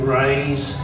raise